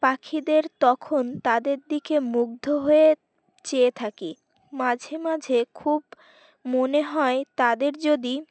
পাখিদের তখন তাদের দিকে মুগ্ধ হয়ে চেয়ে থাকি মাঝে মাঝে খুব মনে হয় তাদের যদি